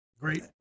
Great